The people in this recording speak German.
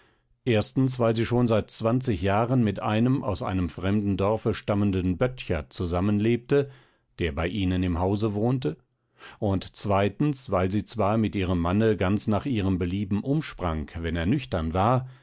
erstens weil sie schon seit zwanzig jahren mit einem aus einem fremden dorfe stammenden böttcher zusammenlebte der bei ihnen im hause wohnte und zweitens weil sie zwar mit ihrem manne ganz nach ihrem belieben umsprang wenn er nüchtern war